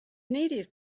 native